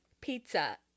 pizza